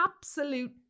absolute